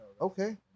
Okay